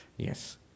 Yes